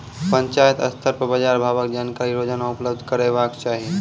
पंचायत स्तर पर बाजार भावक जानकारी रोजाना उपलब्ध करैवाक चाही?